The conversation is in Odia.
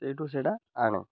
ସେଇଠୁ ସେଇଟା ଆଣ